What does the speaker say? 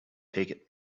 take